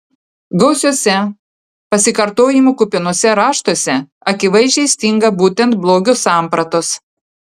gausiuose pasikartojimų kupinuose raštuose akivaizdžiai stinga būtent blogio sampratos